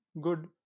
good